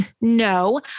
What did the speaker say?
No